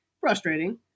frustrating